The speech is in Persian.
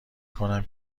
کنم